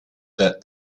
that